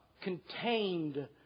contained